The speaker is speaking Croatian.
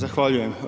Zahvaljujem.